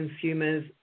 consumers